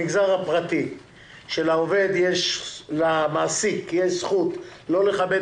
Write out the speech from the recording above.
במגזר הפרטי כאשר למעסיק יש זכות לא לכבד